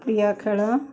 ପ୍ରିୟ ଖେଳ